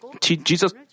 Jesus